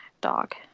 Dog